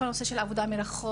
כל הנושא של עבודה מרחוק,